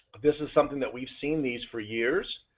this is something that we've seen these for years.